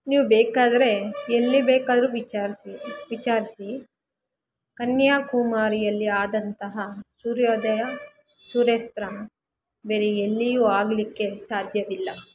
ನೀವು ಬೇಕಾದರೆ ಎಲ್ಲಿ ಬೇಕಾದರೂ ವಿಚಾರಿಸಿ ವಿಚಾರಿಸಿ ಕನ್ಯಾಕುಮಾರಿಯಲ್ಲಿ ಆದಂತಹ ಸೂರ್ಯೋದಯ ಸೂರ್ಯಾಸ್ತ ಬೇರೆ ಎಲ್ಲಿಯೂ ಆಗಲಿಕ್ಕೆ ಸಾಧ್ಯವಿಲ್ಲ